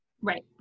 right